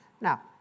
Now